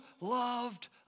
loved